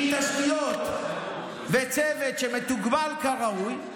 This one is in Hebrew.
עם תשתיות וצוות שמתוגמל כראוי,